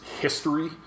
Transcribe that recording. history